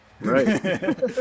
Right